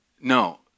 no